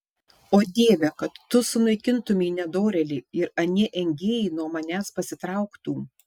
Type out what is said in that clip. o dieve kad tu sunaikintumei nedorėlį ir anie engėjai nuo manęs pasitrauktų